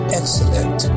excellent